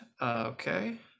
Okay